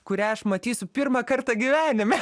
kurią aš matysiu pirmą kartą gyvenime